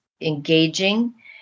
engaging